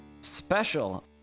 special